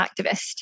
activist